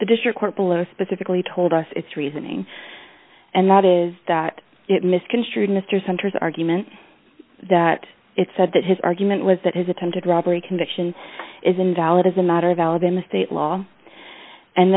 the district court below specifically told us its reasoning and that is that it misconstrued mr center's argument that it said that his argument was that his attempted robbery conviction is invalid as a matter of alabama state law and